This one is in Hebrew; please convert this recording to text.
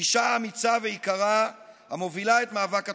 אישה אמיצה ויקרה המובילה את מאבק התושבים.